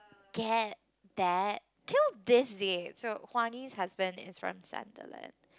get that til this day so Hua-Ni's husband is from Sunderland